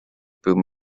boom